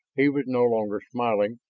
he was no longer smiling,